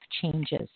changes